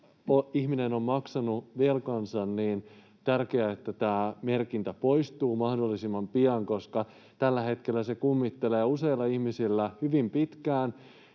ihminen on maksanut velkansa, merkintä poistuu mahdollisimman pian, koska tällä hetkellä se kummittelee useilla ihmisillä hyvin pitkään,